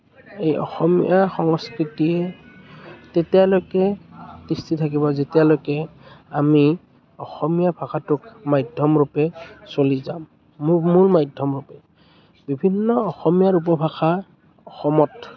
এই অসমীয়া সংস্কৃতিয়ে তেতিয়ালৈকে তিষ্ঠি থাকিব যেতিয়ালৈকে আমি অসমীয়া ভাষাটোক মাধ্য়মৰূপে চলি যাম মোঘ মোৰ মাধ্য়মৰূপে বিভিন্ন উপভাষা অসমত